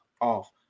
off